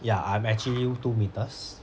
ya I'm actually two meters